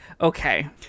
okay